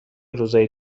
روزای